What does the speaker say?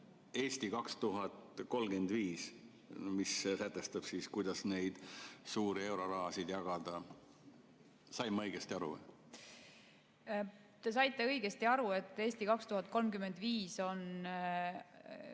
"Eesti 2035", mis sätestab, kuidas neid suuri eurorahasid jagada. Sain ma õigesti aru? Te saite õigesti aru, et "Eesti 2035" on